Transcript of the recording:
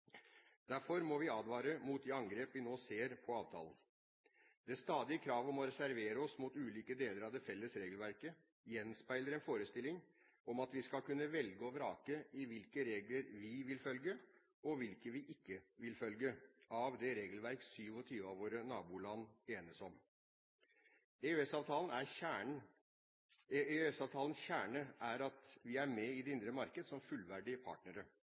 Derfor må vi advare mot de angrepene vi nå ser på avtalen. Det stadige kravet om å reservere oss mot ulike deler av det felles regelverket gjenspeiler en forestilling om at vi skal kunne velge og vrake i hvilke regler vi vil følge, og hvilke vi ikke vil følge, av det regelverket 27 av våre naboland enes om. EØS-avtalens kjerne er at vi er med i det indre marked som fullverdige partnere,